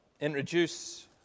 introduce